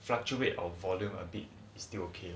I mean like fluctuate our volume a bit is still okay